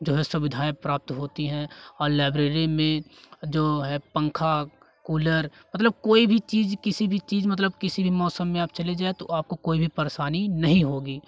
जो है सुविधाएँ प्राप्त होती हैं और लाइब्रेरी में जो है पंखा कूलर मतलब कोई भी चीज किसी भी चीज मतलब किसी भी मौसम में चले जाए तो आपको कोई भी परेशानी नहीं होगी